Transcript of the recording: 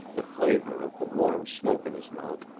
the flavor of the warm smoke in his mouth,